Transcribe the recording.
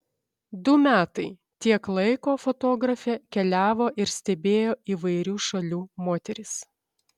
du metai tiek laiko fotografė keliavo ir stebėjo įvairių šalių moteris